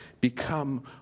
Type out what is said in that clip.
become